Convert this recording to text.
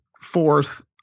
fourth